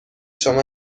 شما